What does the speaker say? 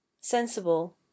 Sensible